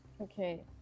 okay